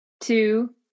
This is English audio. two